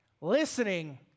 Listening